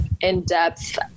in-depth